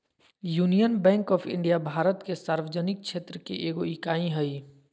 union Bank of India Bharat के सार्वजनिक क्षेत्र के एगो इकाई हइ